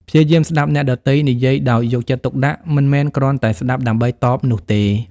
ព្យាយាមស្តាប់អ្នកដទៃនិយាយដោយយកចិត្តទុកដាក់ មិនមែនគ្រាន់តែស្តាប់ដើម្បីតបនោះទេ។